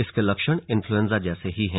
इसके लक्षण इन्फ्लूएन्जा जैसे ही हैं